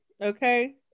Okay